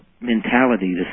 mentality